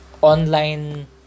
online